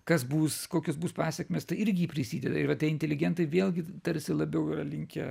kas bus kokios bus pasekmės tai irgi prisideda ir va tai inteligentai vėlgi tarsi labiau yra linkę